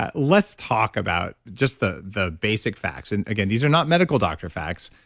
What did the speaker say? ah let's talk about just the the basic facts. and again, these are not medical doctor facts,